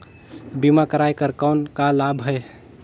बीमा कराय कर कौन का लाभ है?